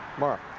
mara?